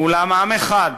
ואולם עם אחד,